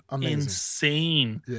insane